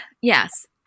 Yes